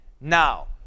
Now